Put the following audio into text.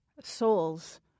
souls